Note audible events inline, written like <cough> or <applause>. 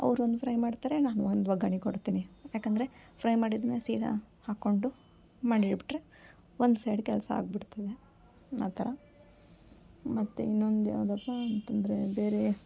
ಅವ್ರು ಒಂದು ಫ್ರೈ ಮಾಡ್ತಾರೆ ನಾನು ಒಂದು ಒಗ್ಗರ್ಣೆ ಕೊಡ್ತೀನಿ ಯಾಕಂದರೆ ಫ್ರೈ ಮಾಡಿದ ಮೇಲೆ ಸೀದಾ ಹಾಕ್ಕೊಂಡು <unintelligible> ಬಿಟ್ಟರೆ ಒಂದು ಸೈಡ್ ಕೆಲಸ ಆಗಿಬಿಡ್ತದೆ ಆ ಥರ ಮತ್ತು ಇನ್ನೊಂದು ಯಾವುದಪ್ಪ ಅಂತಂದರೆ ಬೇರೆ